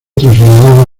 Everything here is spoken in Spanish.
trasladado